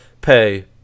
pay